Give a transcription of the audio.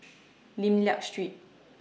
Lim Liak Street